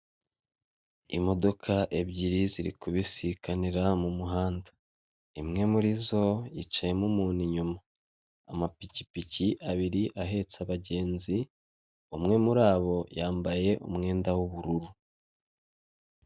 Imodoka ebyiri ziri kubisikanira mu muhanda, imwe muri zo yicayemo umuntu inyuma, amapikipiki abiri ahetse abagenzi, umwe muri abo yambaye umwenda w'ubururu.